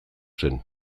zen